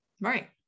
right